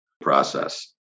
process